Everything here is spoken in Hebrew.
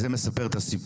אז זה מספר את הסיפור.